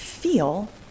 Feel